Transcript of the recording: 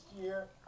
year